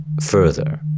further